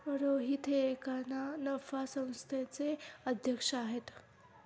रोहित हे एका ना नफा संस्थेचे अध्यक्ष आहेत